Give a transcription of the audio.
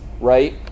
Right